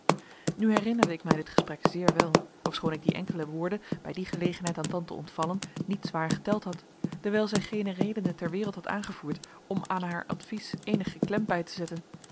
nu herinnerde ik mij dit gesprek zeer wel ofschoon ik die enkele woorden bij die gelegenheid aan tante ontvallen niet zwaar geteld had dewijl zij geene redenen ter wereld had aangevoerd om aan haar advies eenige klem bij te zetten